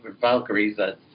Valkyries